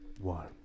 one